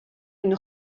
une